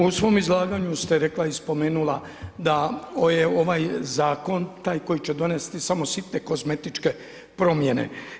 U svom izlaganju ste rekla i spomenula da je ovaj zakon, taj koji će donesti samo sitne kozmetičke promijene.